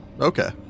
okay